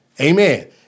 amen